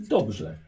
Dobrze